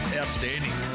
outstanding